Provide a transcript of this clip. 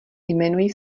jmenuji